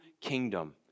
kingdom